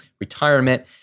retirement